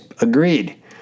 Agreed